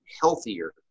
healthier